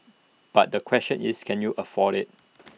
but the question is can you afford IT